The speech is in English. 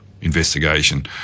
investigation